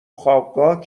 خوابگاه